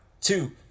two